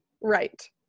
Right